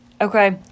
Okay